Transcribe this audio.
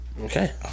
Okay